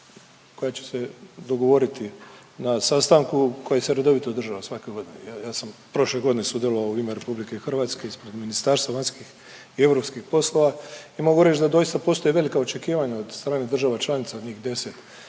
koja će se dogovoriti na sastanku koji se redovito održava svake godine. Ja sam prošle godine sudjelovao u ime RH ispred MVEP-a i mogu reć da doista postoje velika očekivanja od stranih država članica njih 10